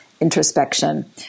introspection